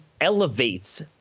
elevates